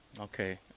Okay